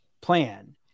plan